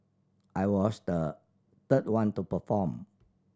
I was the third one to perform